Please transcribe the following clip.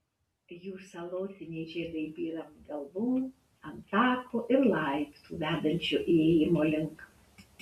jų salotiniai žiedai byra ant galvų ant tako ir laiptų vedančių įėjimo link